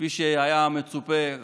כפי שהיה מצופה,